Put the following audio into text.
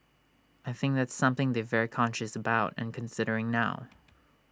I think that's something they've very conscious about and considering now